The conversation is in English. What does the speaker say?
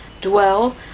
dwell